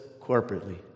corporately